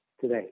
today